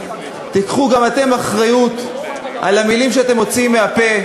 תיקחו גם אתם אחריות למילים שאתם מוציאים מהפה.